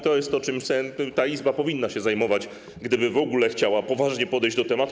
To jest to, czym ta Izba powinna się zajmować, gdyby w ogóle chciała poważnie podejść do tematu.